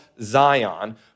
Zion